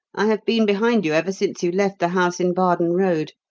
i have been behind you ever since you left the house in bardon road.